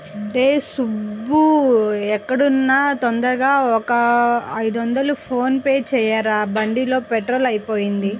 రేయ్ సుబ్బూ ఎక్కడున్నా తొందరగా ఒక ఐదొందలు ఫోన్ పే చెయ్యరా, బండిలో పెట్రోలు అయిపొయింది